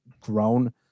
grown